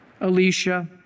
Alicia